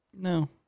no